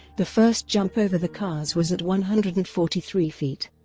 the first jump over the cars was at one hundred and forty three feet,